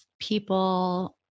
people